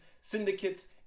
syndicates